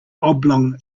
oblong